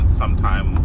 sometime